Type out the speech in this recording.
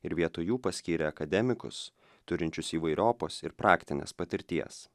ir vietoj jų paskyrė akademikus turinčius įvairiopos ir praktinės patirties